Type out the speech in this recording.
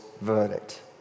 verdict